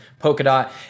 Polkadot